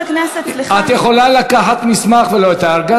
מותר לי על-פי התקנון לקחת מה שאני רוצה.